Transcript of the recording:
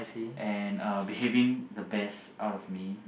and uh behaving the best out of me